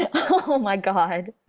oh my god!